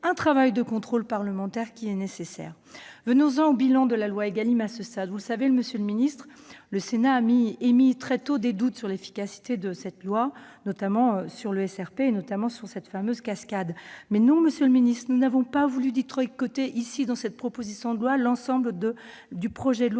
un travail de contrôle parlementaire nécessaire. Venons-en au bilan de la loi Égalim à ce stade. Vous le savez, monsieur le ministre, le Sénat a émis très tôt des doutes sur l'efficacité de cette loi, notamment sur le SRP et sur cette fameuse cascade. Mais non, nous n'avons pas voulu détricoter, dans cette proposition de loi, l'ensemble de la loi